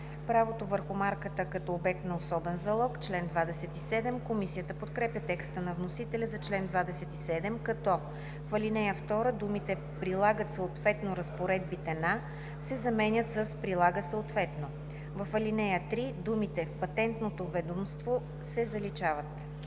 „Правото върху марката като обект на особен залог – чл. 27“. Комисията подкрепя текста на вносителя за чл. 27, като: 1. В ал. 2 думите „прилагат съответно разпоредбите на“ се заменят с „прилага съответно“. 2. В ал. 3 думите „в Патентното ведомство“ се заличават.